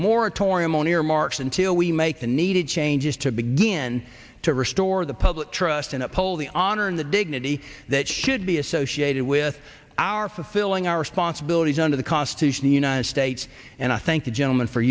moratorium on earmarks until we make the needed changes to begin to restore the public trust in uphold the honor and the dignity that should be associated with our fulfilling our responsibilities under the constitution the united states and i thank you gentleman for